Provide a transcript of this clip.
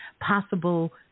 possible